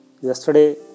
Yesterday